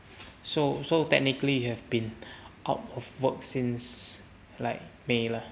so so technically you have been out of work since like may lah